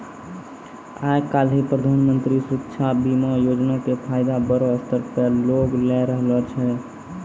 आइ काल्हि प्रधानमन्त्री सुरक्षा बीमा योजना के फायदा बड़ो स्तर पे लोग लै रहलो छै